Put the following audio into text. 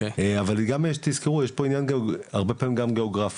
אבל תזכרו, יש פה עניין הרבה פעמים גם גיאוגרפי.